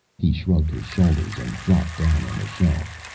he shrugged his shoulders and dropped down on the shelf.